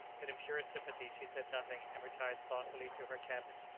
but in purest sympathy she said nothing, and retired thoughtfully to her cabin.